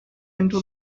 into